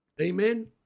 Amen